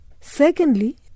Secondly